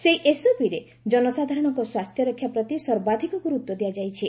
ଏହି ଏସ୍ଓପିରେ ଜନସାଧାରଣଙ୍କ ସ୍ୱାସ୍ଥ୍ୟରକ୍ଷା ପ୍ରତି ସର୍ବାଧିକ ଗୁରୁତ୍ୱ ଦିଆଯାଇଛି